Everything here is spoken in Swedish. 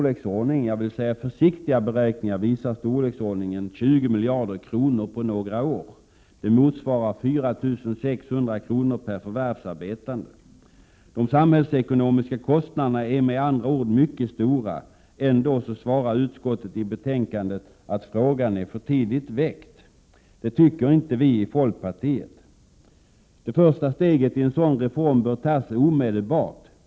Beräkningarna — försiktiga beräkningar — visar storleksordningen 20 miljarder kronor på några år. Det motsvarar 4 600 kr. per förvärvsarbetande. De samhällsekonomiska kostnaderna är med andra ord mycket stora. Ändå svarar utskottet i betänkandet att frågan är för tidigt väckt. Det tycker inte vi i folkpartiet. Det första steget i en sådan reform bör tas omedelbart.